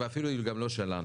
ואפילו אם גם לא שלנו,